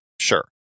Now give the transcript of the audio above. sure